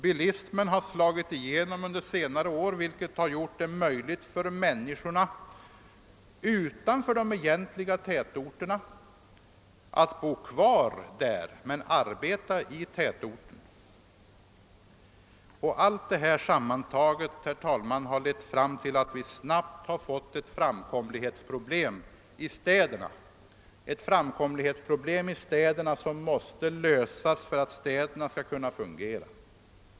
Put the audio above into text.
Bilismen har slagit igenom, vilket har gjort det möjligt för människorna utanför de egentliga tätorterna att bo kvar där men arbeta i tätorterna. Allt detta sammantaget har lett till att vi snabbt fått ett framkomlighetsproblem i städerna, och det måste lösas för att städerna skall kunna fungera.